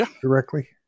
directly